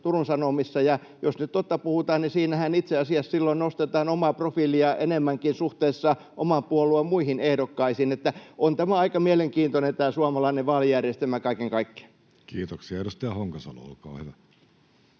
Turun Sanomissa. Ja jos nyt totta puhutaan, niin siinähän itse asiassa silloin nostetaan omaa profiilia enemmänkin suhteessa oman puolueen muihin ehdokkaisiin. Että on tämä suomalainen vaalijärjestelmä aika mielenkiintoinen kaiken kaikkiaan.